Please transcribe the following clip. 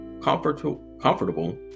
comfortable